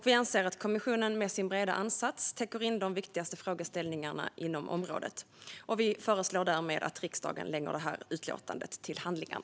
Vi anser att kommissionen med sin breda ansats täcker in de viktigaste frågeställningarna inom området. Utskottet föreslår därmed att riksdagen lägger utlåtandet till handlingarna.